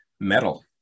Metal